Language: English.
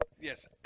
yes